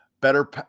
Better